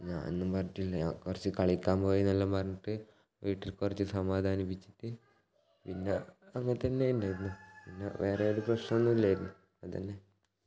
ഞാൻ ഒന്നും പറഞ്ഞിട്ടില്ല ഞാൻ കുറച്ച് കളിയ്ക്കാൻ പോയി എന്നെല്ലാം പറഞ്ഞിട്ട് വീട്ടിൽ കുറച്ച് സമാധാനിപ്പിച്ചിട്ട് പിന്നെ അങ്ങനെ തന്നെ ഉണ്ടായിരുന്നു പിന്നെ വേറെ ഒരു പ്രശ്നം ഒന്നുമില്ലായിരുന്നു അത് തന്നെ